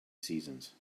seasons